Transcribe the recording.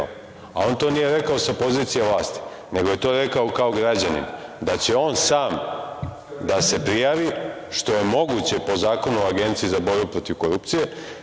a on to nije rekao sa pozicije vlasti, nego je to rekao kao građanin, da će on sam da se prijavi, što je moguće po Zakonu o Agenciji za borbu protiv korupcije,